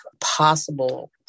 possible